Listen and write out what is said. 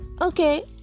okay